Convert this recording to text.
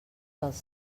dels